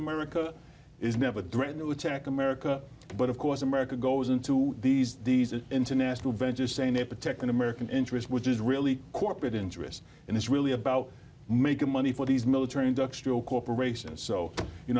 america is never threatened the attack america but of course america goes into these international ventures saying they're protecting american interests which is really corporate interests and it's really about making money for these military industrial corporations so you